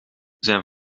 zijn